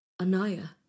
Anaya